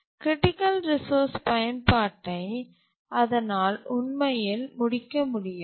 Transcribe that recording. critical resource பயன்பாட்டை அதனால் உண்மையில் முடிக்க முடியாது